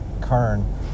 Kern